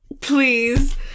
Please